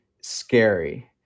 scary